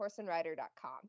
horseandrider.com